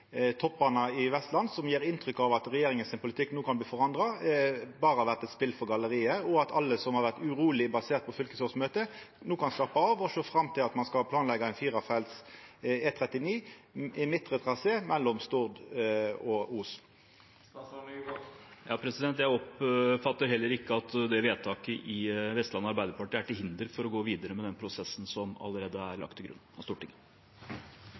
i Vestland har gjeve inntrykk av at regjeringa sin politikk no kan bli forandra, har berre vore eit spel for galleriet, og at alle som har vore urolege basert på fylkesårsmøtet, no kan slappa av og sjå fram til at ein skal planleggja ein firefelts E39 i midtre trasé mellom Stord og Os. Jeg oppfatter heller ikke at det vedtaket i Vestland Arbeiderparti er til hinder for å gå videre med den prosessen som allerede er lagt til grunn av Stortinget.